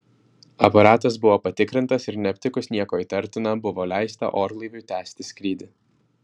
aparatas buvo patikrintas ir neaptikus nieko įtartina buvo leista orlaiviui tęsti skrydį